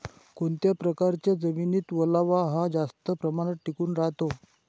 कोणत्या प्रकारच्या जमिनीत ओलावा हा जास्त प्रमाणात टिकून राहतो?